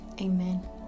Amen